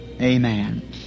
Amen